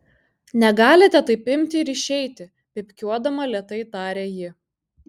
negalite taip imti ir išeiti pypkiuodama lėtai tarė ji